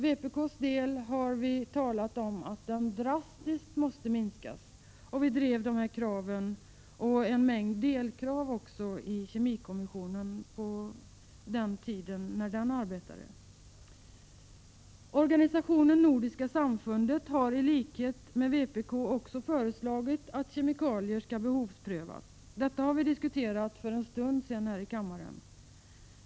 Vpk har också uttalat sig för en drastisk minskning. Vi drev detta krav och en mängd delkrav i kemikommissionen. Nordiska samfundet mot plågsamma djurförsök har i likhet med vpk föreslagit att kemikalier skall behovsprövas — vi diskuterade denna fråga för en stund sedan.